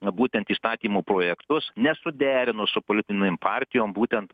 būtent įstatymo projektus nesuderinus su politinėm partijom būtent